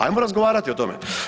Ajmo razgovarati o tome.